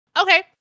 okay